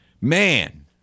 man